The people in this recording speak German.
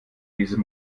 diese